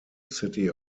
city